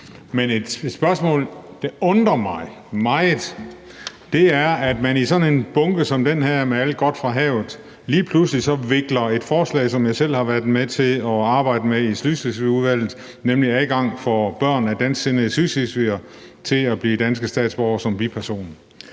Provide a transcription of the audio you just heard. noget andet. Det undrer mig meget, at man i sådan en bunke som den her med alt godt fra havet lige pludselig så vikler et forslag ind, som jeg selv har været med til at arbejde med i Sydslesvigudvalget, nemlig om adgang for børn af dansksindede sydslesvigere til at blive danske statsborgere som biperson.